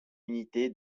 unité